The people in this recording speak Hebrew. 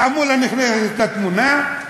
החמולה נכנסת לתמונה,